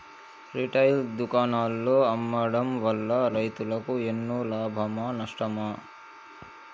Retail దుకాణాల్లో అమ్మడం వల్ల రైతులకు ఎన్నో లాభమా నష్టమా?